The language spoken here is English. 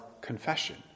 Confession